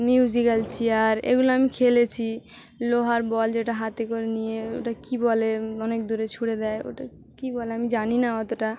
musical chair এগুলো আমি খেলেছি লোহার বল যেটা হাতে করে নিয়ে ওটা কী বলে অনেক দূরে ছুঁড়ে দেয় ওটা কী বলে আমি জানি না অতটা